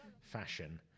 fashion